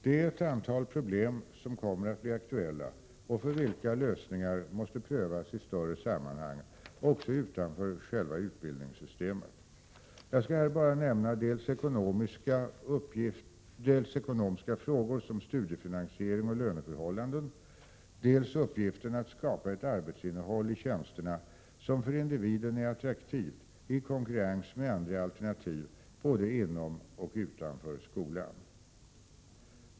Det är ett antal problem som kommer att bli aktuella och för vilka lösningar måste prövas i större sammanhang också utanför själva utbildningssystemet. Jag skall här bara nämna dels ekonomiska frågor som studiefinansiering och löneförhållanden, dels uppgiften att skapa ett arbetsinnehåll i tjänsterna som för individen är attraktivt i konkurrens med andra alternativ både inom och utanför skolan.